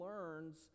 learns